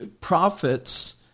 prophets